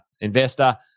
investor